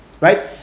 Right